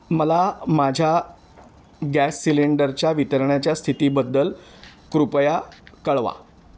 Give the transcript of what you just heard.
मला माझ्या गॅस सिलेंडरच्या वितरणाच्या स्थितीबद्दल कृपया कळवा